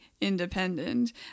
independent